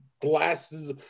blasts